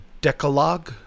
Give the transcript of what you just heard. Decalogue